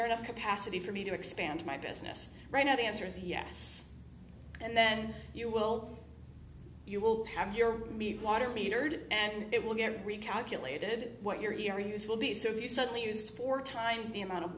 there enough capacity for me to expand my business right now the answer is yes and then you will you will have your water metered and it will get recalculated what you're here use will be so if you suddenly use four times the amount of